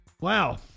Wow